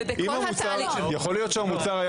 יכול להיות שהמוצר היה